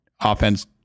offense